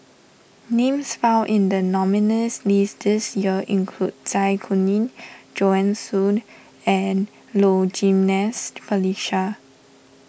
names found in the nominees' list this year include Zai Kuning Joanne Soo and Low Jimenez Felicia